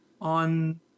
on